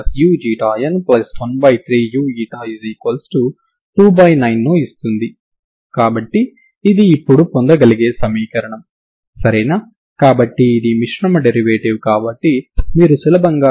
మనం దీనిని సరి ఫంక్షన్ గా విస్తరించడం వల్ల ఇవి వాటంతట అవే సంతృప్తి చెందుతాయి అంటే ఇప్పుడు మీరు వాస్తవానికి ut కంటిన్యూస్ అని సులభంగా ధ్రువీకరించవచ్చు సరేనా